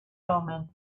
omen